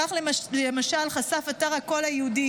כך למשל חשף אתר הקול היהודי